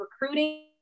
recruiting